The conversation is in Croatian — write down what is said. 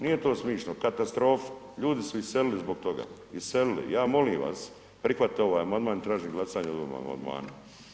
Nije to smišno, katastrofa, ljudi su iselili zbog toga, iselili, ja molim vas prihvatite ovaj amandman i tražim glasanje o ovom amandmanu.